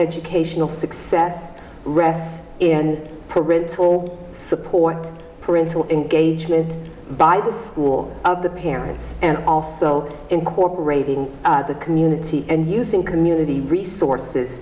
educational success ress parental support parental engagement by the school of the parents and also incorporating the community and using community resources